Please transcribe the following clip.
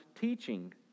teaching